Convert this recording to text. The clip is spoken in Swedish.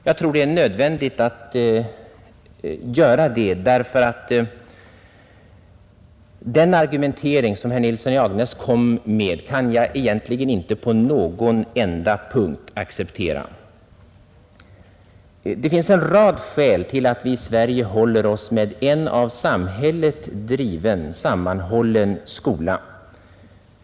Jag tror det är nödvändigt att göra det, eftersom jag egentligen inte på någon enda punkt kan acceptera herr Nilssons i Agnäs argumentering. Det finns en rad skäl till att vi i Sverige håller oss med en av samhället driven, sammanhållen skola.